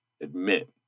admit